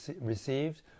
received